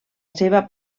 seva